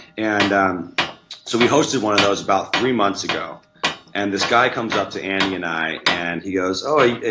and so we hosted one of those about three months ago and this guy comes up to andy and i and he goes oh,